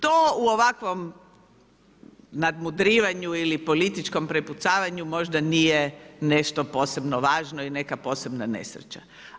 To u ovakvom nadmudrivanju ili političkom prepucavanju možda nije nešto posebno važno i neka posebna nesreća.